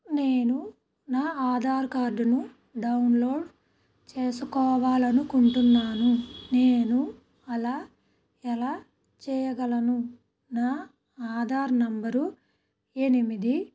నేను నా ఆధార్ కార్డును డౌన్లోడ్ చేసుకోవాలి అనుకుంటున్నాను నేను అలా ఎలా చేయగలను నా ఆధార్ నంబరు ఎనిమిది